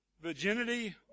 virginity